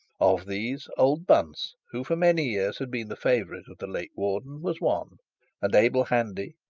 of these old bunce, who for many years, had been the favourite of the late warden, was one and abel handy,